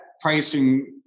pricing